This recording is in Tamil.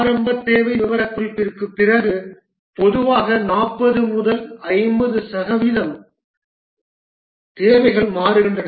ஆரம்ப தேவை விவரக்குறிப்பிற்குப் பிறகு பொதுவாக 40 முதல் 50 சதவிகிதம் தேவைகள் மாறுகின்றன